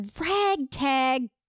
ragtag